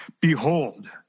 Behold